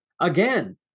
again